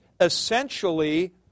essentially